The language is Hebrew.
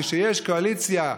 כשיש קואליציה,